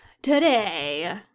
Today